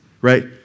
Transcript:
right